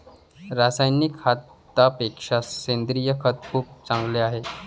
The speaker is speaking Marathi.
रासायनिक खतापेक्षा सेंद्रिय खत खूप चांगले आहे